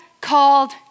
called